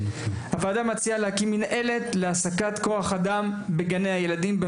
יא׳: הוועדה מציעה הקמה מיידית של מנהלת להעסקת כוח אדם בגני הילדים.